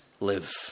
live